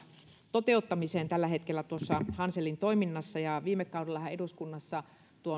toteuttamiseen tällä hetkellä tuossa hanselin toiminnassa viime kaudellahan eduskunnassa